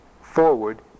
forward